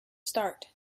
start